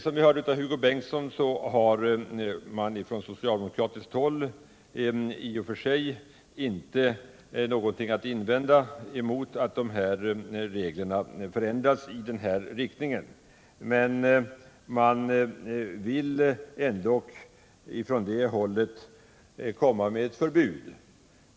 Som vi hörde av Hugo Bengtsson, har man från socialdemokratiskt håll i och för sig inte någonting att invända mot att reglerna förändras i den angivna riktningen, men man vill ändå från det hållet komma med ett förbud.